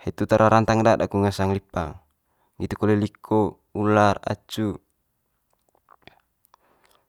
hitu tara rantang daat aku ngasang lipang, nggitu kole liko, ular, acu.